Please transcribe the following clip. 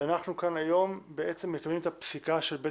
ואנחנו כאן היום בעצם מקיימים את הפסיקה של בית